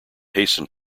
hastened